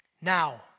Now